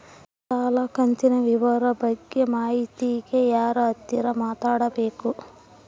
ಸಾಲ ಕಂತಿನ ವಿವರ ಬಗ್ಗೆ ಮಾಹಿತಿಗೆ ಯಾರ ಹತ್ರ ಮಾತಾಡಬೇಕು?